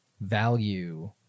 value